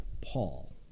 Paul